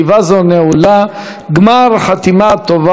גמר חתימה טובה לכל בית ישראל.